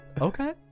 Okay